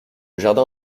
jardin